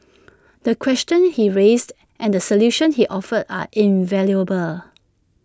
the questions he raised and the solutions he offered are invaluable